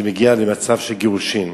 זה מגיע למצב של גירושין.